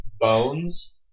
bones